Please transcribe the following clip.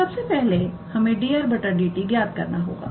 तो सबसे पहले हमें 𝑑𝑟⃗ 𝑑𝑡 ज्ञात करना होगा